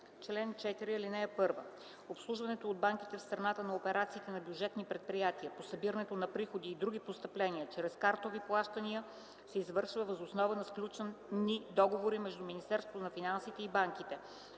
„Чл. 4. (1) Обслужването от банките в страната на операциите на бюджетните предприятия по събирането на приходи и други постъпления чрез картови плащания се извършва въз основа на сключени договори между Министерството на финансите и банките.